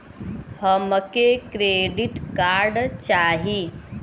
हमके credit card चाही